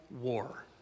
war